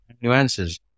nuances